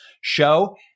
show